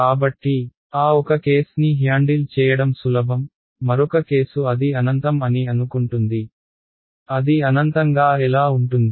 కాబట్టి ఆ ఒక కేస్ని హ్యాండిల్ చేయడం సులభం మరొక కేసు అది అనంతం అని అనుకుంటుంది అది అనంతంగా ఎలా ఉంటుంది